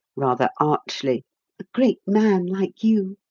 rather archly a great man like you.